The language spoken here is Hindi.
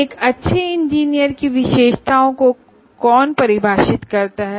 एक अच्छे इंजीनियर की विशेषताओं को कौन परिभाषित करता है